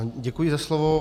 Děkuji za slovo.